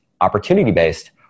opportunity-based